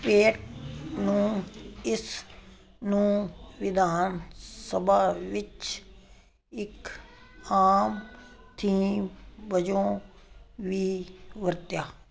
ਪੇਏਟ ਨੂੰ ਇਸ ਨੂੰ ਵਿਧਾਨ ਸਭਾ ਵਿੱਚ ਇੱਕ ਆਮ ਥੀਮ ਵਜੋਂ ਵੀ ਵਰਤਿਆ